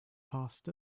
passed